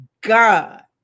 God